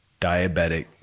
diabetic